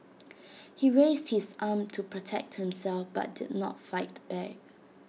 he raised his arm to protect himself but did not fight back